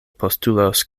postulos